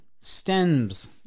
stems